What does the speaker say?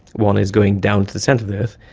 one is going down to the centre of the earth.